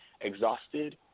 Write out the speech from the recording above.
exhausted